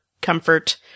comfort